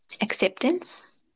acceptance